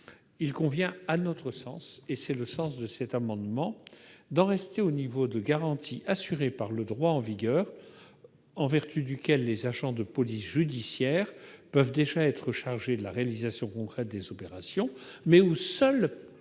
Il convient, à notre sens, d'en rester au niveau de garanties assuré par le droit en vigueur, en vertu duquel les agents de police judiciaire peuvent déjà être chargés de la réalisation concrète des opérations, mais seul